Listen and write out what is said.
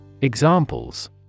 Examples